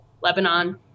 Lebanon